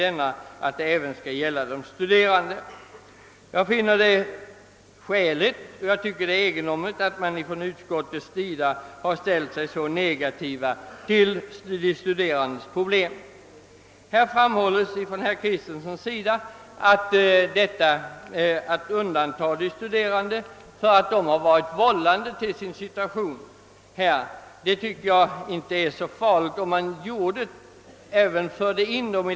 Jag anser att det skulle vara skäligt, och jag tycker det är egendomligt att utskottsmajoriteten ställt sig så negativ till de studerandes problem i detta avseende. Herr Kristenson framhåller att de studerande varit vållande till sin situation, men jag tycker inte det vore så farligt om man gjorde ett undantag för dem.